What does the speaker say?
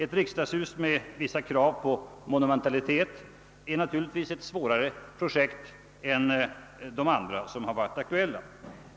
Ett riksdagshus med vissa krav på monumentalitet är naturligtvis ett svårare projekt än de andra som varit aktuella.